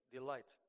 delight